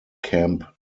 camp